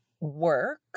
work